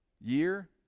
year